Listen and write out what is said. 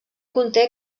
conté